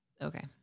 Okay